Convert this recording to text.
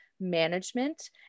management